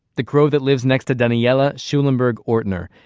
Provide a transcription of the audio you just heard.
the crow that lives next to daniella schulenberg ortner.